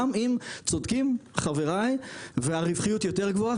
גם אם צודקים חבריי והרווחיות יותר גבוהה,